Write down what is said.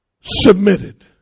submitted